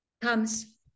comes